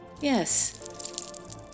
Yes